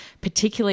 particularly